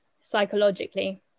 psychologically